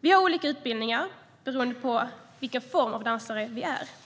Vi har olika utbildningar beroende på vilken form av dansare vi är.